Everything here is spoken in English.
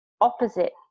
opposite